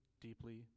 deeply